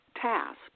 task